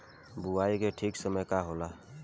बुआई के ठीक समय का होला?